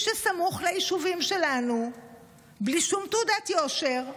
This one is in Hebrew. שסמוך ליישובים שלנו בלי שום תעודת יושר,